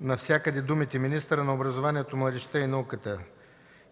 навсякъде думите „министърът на образованието, младежта и науката”